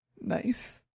Nice